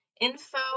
info